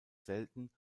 selten